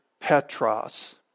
Petros